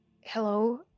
Hello